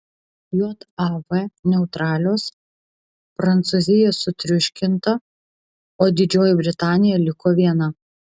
jav neutralios prancūzija sutriuškinta o didžioji britanija liko viena